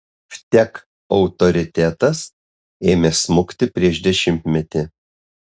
vtek autoritetas ėmė smukti prieš dešimtmetį